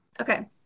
okay